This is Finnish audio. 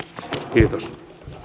kiitos